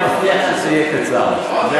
אני מבטיח לכם שזה יהיה קצר מאוד.